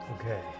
Okay